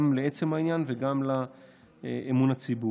גם לעצם העניין וגם לאמון הציבור.